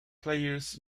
players